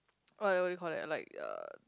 uh what do you call that like uh